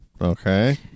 Okay